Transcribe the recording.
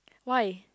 why